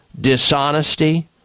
dishonesty